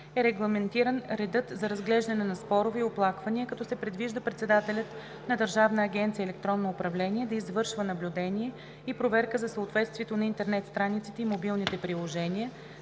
е регламентиран редът за разглеждане на спорове и оплаквания, като се предвижда председателят на Държавна агенция „Електронно управление“ да извършва наблюдение и проверки за съответствието на интернет страниците и мобилните приложения